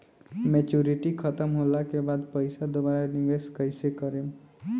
Maturity खतम होला के बाद पईसा दोबारा निवेश कइसे करेम?